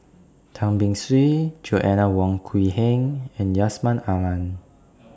Tan Beng Swee Joanna Wong Quee Heng and Yusman Aman